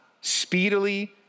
speedily